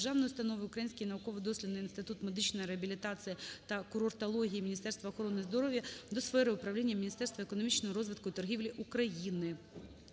"Український науково-дослідний інститут медичної реабілітації та курортології Міністерства охорони здоров'я України" до сфери управління Міністерства економічного розвитку і торгівлі України.